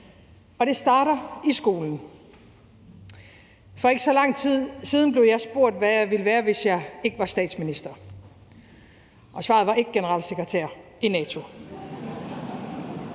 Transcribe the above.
Og det starter i skolen. For ikke så lang tid siden blev jeg spurgt, hvad jeg ville være, hvis jeg ikke var statsminister, og svaret var ikke generalsekretær i NATO.